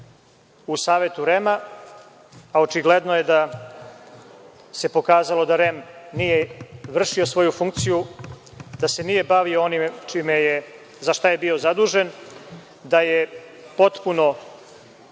u Savetu REM-a, a očigledno je da se pokazalo da REM nije vršio svoju funkciju, da se nije bavio onim za šta je bio zadužen, da je potpuno